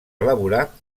elaborar